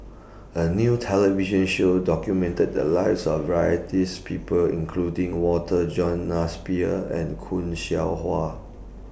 A New television Show documented The Lives of Varieties People including Walter John and Khoo Seow Hwa